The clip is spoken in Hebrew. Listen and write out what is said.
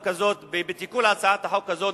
בתיקון להצעת החוק הזאת,